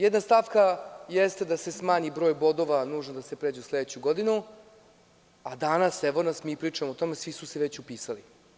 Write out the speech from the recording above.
Jedna stavka jeste da se smanji broj bodova nužan da se pređe u sledeću godinu, a danas, evo nas, mi pričamo o tome, svi su se već upisali.